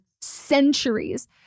centuries